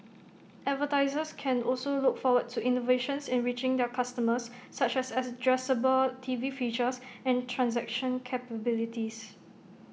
advertisers can also look forward to innovations in reaching their customers such as addressable TV features and transaction capabilities